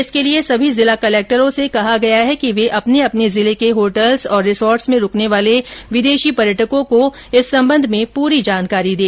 इसके लिए सभी जिला कलेक्टरों से कहा गया हैं कि वे अपने अपने जिले के होटल्स और रिसोर्टस में रूकने वाले विदेशी पर्यटकों को इस संबंध में पूरी जानकारी दें